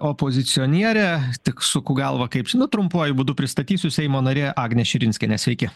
opozicionierė tik suku galvą kaip čia nu trumpuoju būdu pristatysiu seimo narė agnė širinskienė sveiki